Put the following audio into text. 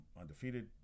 undefeated